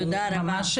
תודה רבה,